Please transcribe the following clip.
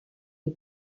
est